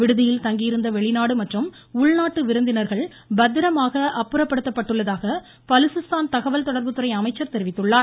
விடுதியில் தங்கியிருந்த வெளிநாடு மற்றும் உள்நாட்டு விருந்தினர்கள் பத்திரமாக அப்புறப்படுத்தப்பட்டுள்ளதாக பலுச்சிஸ்தானின் தகவல் தொடர்புத்துறை அமைச்சர் தெரிவித்துள்ளார்